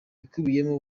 ikubiyemo